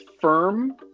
firm